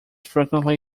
frequently